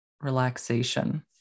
relaxation